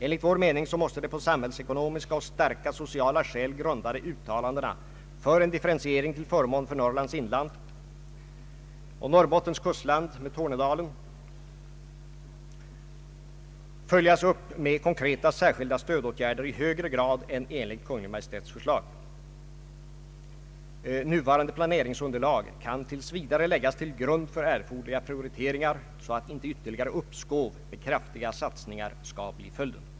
Enligt vår mening måste de på samhällsekonomiska och starka sociala skäl grundade uttalandena för en differentiering till förmån för Norrlands inland och Norrbottens kustland med Tornedalen följas upp med konkreta särskilda stödåtgärder i högre grad än enligt Kungl. Maj:ts förslag. Nuvarande planeringsunderlag kan tills vidare läggas till grund för erforderliga prioriteringar, så att inte ytterligare uppskov med kraftiga satsningar skall bli följden.